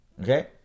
okay